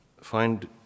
find